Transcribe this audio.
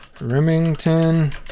Remington